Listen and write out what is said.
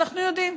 אנחנו יודעים.